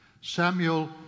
Samuel